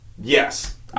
Yes